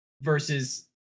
versus